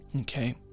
Okay